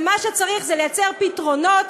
ומה שצריך זה לייצר פתרונות.